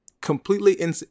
completely